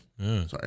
sorry